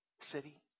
city